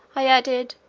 i added,